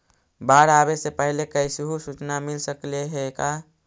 बाढ़ आवे से पहले कैसहु सुचना मिल सकले हे का?